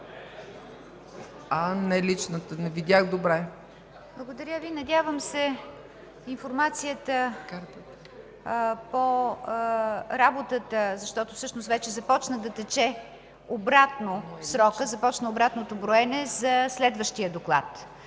МЕГЛЕНА КУНЕВА: Благодаря Ви. Надявам се информацията по работата, защото всъщност вече започна да тече обратно срокът – започна обратното броене за следващия доклад,